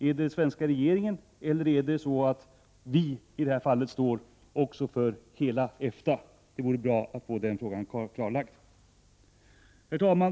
Är det den svenska regeringen, eller står ”vi” i detta fall för hela EFTA? Det vore bra att få den frågan klarlagd. Herr talman!